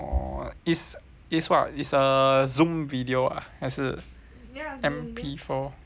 is is what is a Zoom video ah 还是 M_P four